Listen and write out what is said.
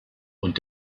und